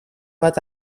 bat